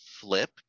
flip